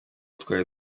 twari